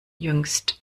jüngst